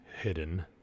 hidden